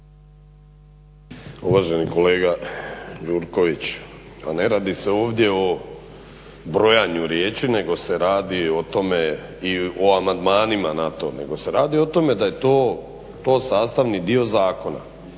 Uvaženi kolega Gjurković, a ne radi se ovdje o brojanju riječi, nego se radi o tome i o amandmanima na to, nego se radi o tome da je to sastavni dio zakona.